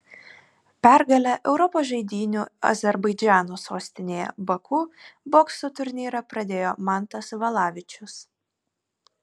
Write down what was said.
pergale europos žaidynių azerbaidžano sostinėje baku bokso turnyrą pradėjo mantas valavičius